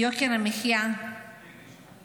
יוקר המחיה עולה,